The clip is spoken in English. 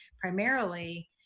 primarily